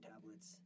tablets